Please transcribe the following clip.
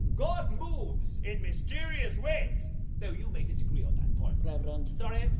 god moves in mysterious ways though you may disagree on that point reverend. sorry.